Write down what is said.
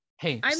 Hey